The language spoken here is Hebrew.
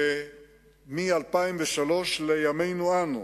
ומ-2003 לימינו אנו.